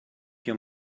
your